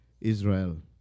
Israel